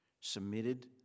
Submitted